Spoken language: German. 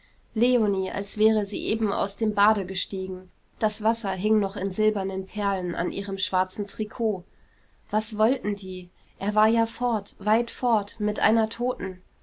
leonie als wäre sie eben aus dem bade gestiegen das wasser hing noch in silbernen perlen an ihrem schwarzen trikot was wollten die er war ja fort weit fort mit einer toten